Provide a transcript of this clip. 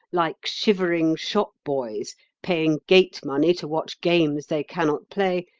like shivering shop-boys paying gate money to watch games they cannot play,